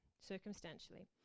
circumstantially